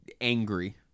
angry